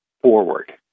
forward